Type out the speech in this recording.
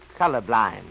colorblind